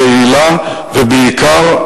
יעילה ובעיקר,